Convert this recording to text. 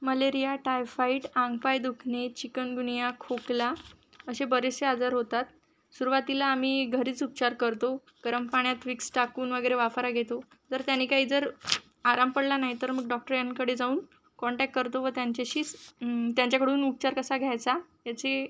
malaria typhoid अंगपाय दुखणे chikungunya खोकला असे बरेचसे आजार होतात सुरुवातीला आम्ही घरीच उपचार करतो गरम पाण्यात विक्स टाकून वगैरे वाफारा घेतो जर त्याने काही जर आराम पडला नाही तर मग डॉक्टऱ्यांकडे जाऊन काँटॅक करतो व त्यांच्याशीस त्यांच्याकडून उपचार कसा घ्यायचा याची